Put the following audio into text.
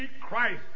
Christ